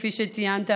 כפי שציינת,